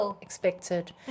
expected